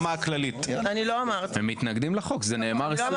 הם מתנגדים לחוק, זה נאמר 20